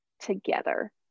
together